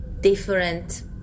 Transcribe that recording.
different